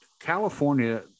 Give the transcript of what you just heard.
California